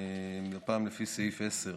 הפעם לפי סעיף 10,